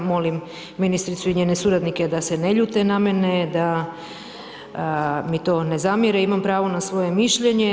Molim ministricu i njene suradnike da se ne ljute na mene, da mi to ne zamjere, imam pravo na svoje mišljenje.